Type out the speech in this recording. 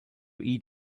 eat